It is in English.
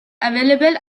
available